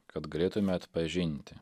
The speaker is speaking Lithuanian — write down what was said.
kad galėtume atpažinti